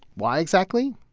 why exactly?